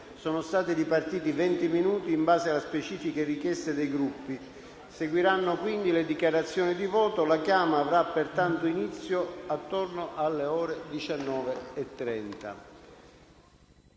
sono stati ripartiti 20 minuti in base a specifiche richieste dei Gruppi. Seguiranno quindi le dichiarazioni di voto. La chiama avrà pertanto inizio attorno alle ore 19,30.